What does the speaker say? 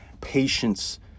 patience